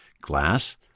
glass